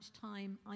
time